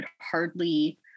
hardly